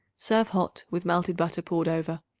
serve hot with melted butter poured over.